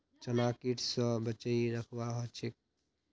चनाक कीट स बचई रखवा ह छेक